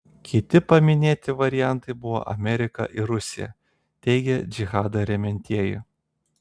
kiti paminėti variantai buvo amerika ir rusija teigia džihadą remiantieji